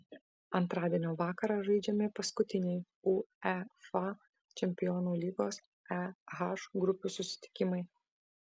antradienio vakarą žaidžiami paskutiniai uefa čempionų lygos e h grupių susitikimai